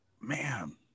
man